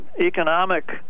economic